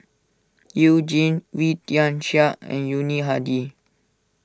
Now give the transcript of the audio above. You Jin Wee Tian Siak and Yuni Hadi